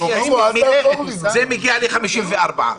תיאורטית לפי ההסכם זה מגיע ל-54.